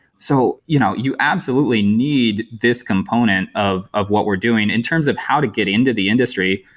so you know you absolutely need this component of of what we're doing in terms of how to get into the industry.